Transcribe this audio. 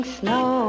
snow